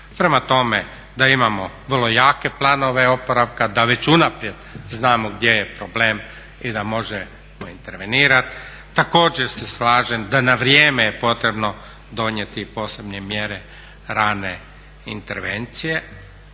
Prema tome, da imamo vrlo jako planove oporavka, da već unaprijed znamo gdje je problem i da možemo intervenirati. Također se slažem da na vrijeme je potrebno donijeti posebne mjere rane intervencije